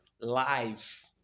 live